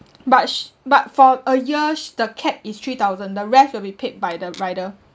but sh~ but for a year sh~ the cap is three thousand the rest will be paid by the rider